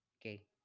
Okay